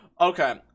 Okay